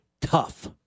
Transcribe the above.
tough